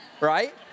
Right